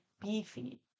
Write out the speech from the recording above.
beefy